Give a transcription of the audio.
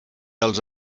els